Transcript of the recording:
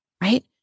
Right